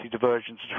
divergence